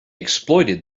exploited